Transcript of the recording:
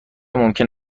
ممکن